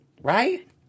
Right